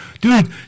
Dude